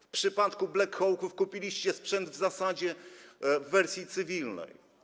W przypadku black hawków kupiliście sprzęt w zasadzie w wersji cywilnej.